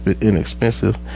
inexpensive